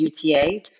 UTA